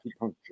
acupuncture